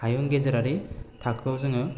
हायुं गेजेरारि थाखोआव जोङो